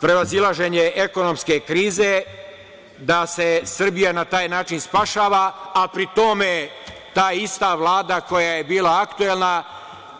prevazilaženje ekonomske krize, da se Srbija na taj način spašava, a pri tome ta ista Vlada koja je bila aktuelna